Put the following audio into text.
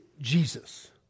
Jesus